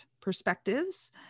perspectives